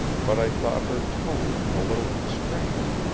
but i thought her tone a little constrained,